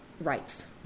rights